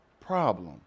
problem